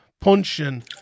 punching